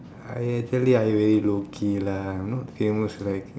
I actually I very low key lah I am not famous like